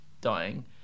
dying